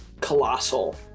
colossal